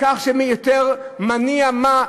בכך שמי יותר מניע מה,